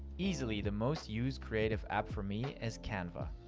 easily the most used creative app for me is canva.